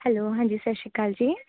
hello ਹਾਂਜੀ ਸਤਿ ਸ਼੍ਰੀ ਅਕਾਲ ਜੀ